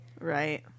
Right